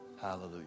Hallelujah